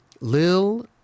Lil